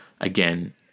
again